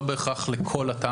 לא בהכרח לכל התא